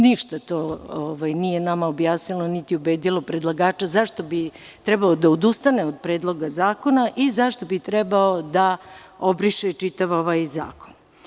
Nama to ništa nije objasnilo, niti je predlagača ubedilo zašto bi trebalo da odustane od Predloga zakona i zašto bi trebao da obriše čitav ovaj zakon.